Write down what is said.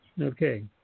Okay